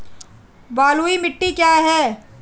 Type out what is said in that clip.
बलुई मिट्टी क्या है?